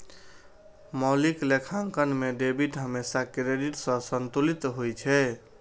मौलिक लेखांकन मे डेबिट हमेशा क्रेडिट सं संतुलित होइ छै